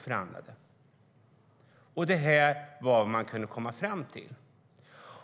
Fördraget är vad man kom fram till.